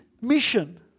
mission